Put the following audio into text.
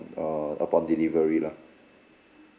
err upon delivery lah